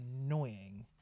annoying